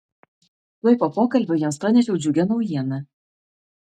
tuoj po pokalbio jiems pranešiau džiugią naujieną